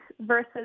versus